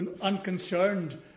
unconcerned